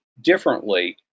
differently